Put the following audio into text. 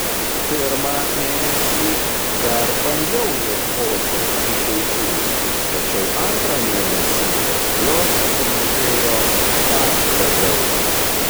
pirmą mėnesį dar bandžiau ieškoti išeičių tačiau antrą mėnesį jos sumažėjo dar labiau